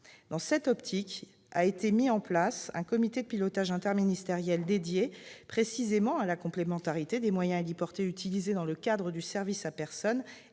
Dans cette optique, un comité de pilotage interministériel dédié précisément à la complémentarité des moyens héliportés utilisés dans le cadre du secours à personne